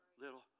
little